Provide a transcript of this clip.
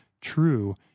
true